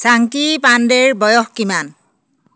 chunky পাণ্ডেৰ বয়স কিমান